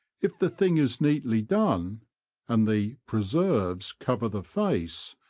if the thing is neatly done and the preserves cover the face,